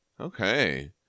Okay